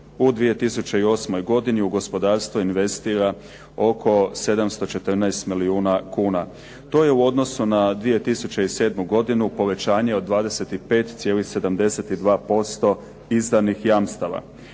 u 2008. godini u gospodarstvo investirano oko 714 milijuna kuna. To je u odnosu na 2007. godinu povećanje od 25,72% izdanih jamstava.